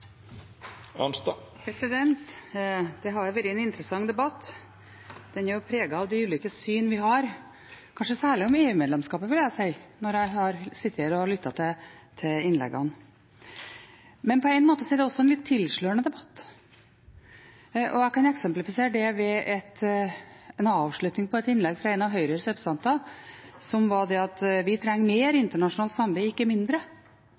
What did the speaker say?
Det har vært en interessant debatt. Den har vært preget av de ulike syn vi har – kanskje særlig på EU-medlemskap, vil jeg si etter å ha sittet her og lyttet til innleggene. På en måte er det også en litt tilslørende debatt, og jeg kan eksemplifisere det med avslutningen av et innlegg fra en av Høyres representanter, som var at vi trenger mer internasjonalt samarbeid, ikke mindre.